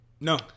no